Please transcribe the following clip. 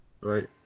Right